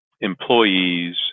employees